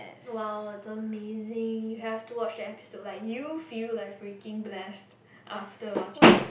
!wow! it's amazing you have to watch that episode like you feel like freaking blessed after watching